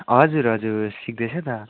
हजुर हजुर सिक्दैछ त